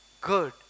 good